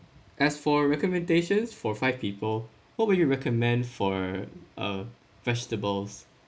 as for recommendations for five people what would you recommend for uh vegetables